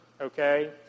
Okay